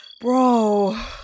Bro